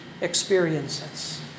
experiences